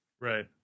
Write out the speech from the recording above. right